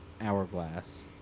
hourglass